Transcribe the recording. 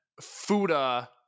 Fuda